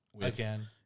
Again